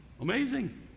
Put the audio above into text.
Amazing